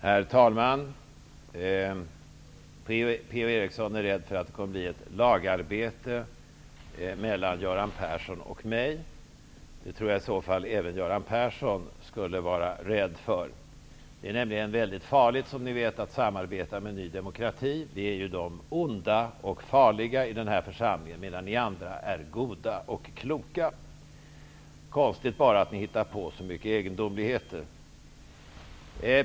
Herr talman! Per-Ola Eriksson är rädd för att det kommer att bli ett lagarbete mellan Göran Persson och mig. Jag tror i så fall att även Göran Persson är rädd för det. Det är nämligen, som ni vet, väldigt farligt att samarbeta med Ny demokrati. Vi är ju de onda och farliga i den här församlingen, medan ni andra är goda och kloka. Det är bara konstigt att ni hittar på så mycket egendomligheter.